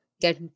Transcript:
get